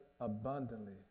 abundantly